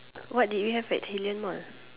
what did you have Celine Mall